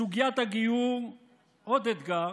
עוד אתגר,